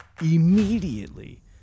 immediately